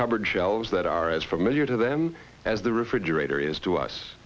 covered shelves that are as familiar to them as the refrigerator is to us